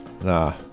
Nah